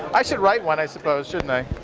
i should write one, i suppose, shouldn't i?